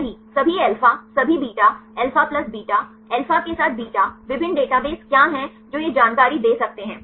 सही सभी अल्फा सभी beta alpha plus beta alpha के साथ बीटा विभिन्न डेटाबेस क्या हैं जो यह जानकारी दे सकते हैं